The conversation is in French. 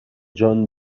john